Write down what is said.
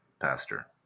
pastor